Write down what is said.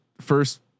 first